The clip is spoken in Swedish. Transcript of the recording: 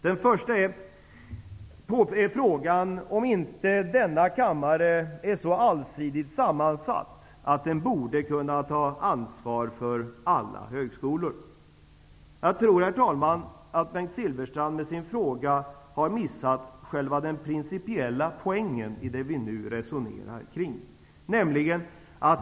Den första är frågan om inte denna kammare är så allsidigt sammansatt att den borde kunna ta ansvar för alla högskolor. Jag tror, herr talman, att Bengt Silfverstrand med sin fråga har missat själva den principiella poängen i det vi nu resonerar kring.